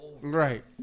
Right